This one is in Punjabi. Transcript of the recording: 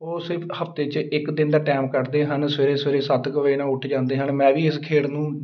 ਉਹ ਸਿਰਫ਼ ਹਫ਼ਤੇ 'ਚ ਇੱਕ ਦਿਨ ਦਾ ਟਾਈਮ ਕੱਢਦੇ ਹਨ ਸਵੇਰੇ ਸਵੇਰੇ ਸੱਤ ਕੁ ਵਜੇ ਨਾ ਉੱਠ ਜਾਂਦੇ ਹਨ ਮੈਂ ਵੀ ਇਸ ਖੇਡ ਨੂੰ